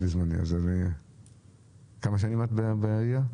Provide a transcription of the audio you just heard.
כמה שנים את בעירייה?